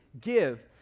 give